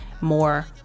more